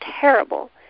terrible